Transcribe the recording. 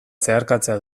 zeharkatzea